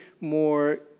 more